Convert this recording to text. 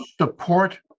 support